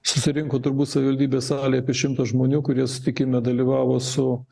susirinko turbūt savivaldybės salėj apie šimtas žmonių kurie susitikime dalyvavo su